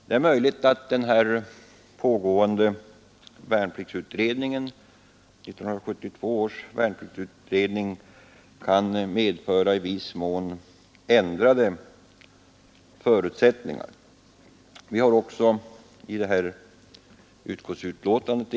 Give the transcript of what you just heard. Det är möjligt att 1972 års värnpliktsutredning kan medföra i viss mån i utskottsbetänkandet erinrat om ändrade förutsättningar.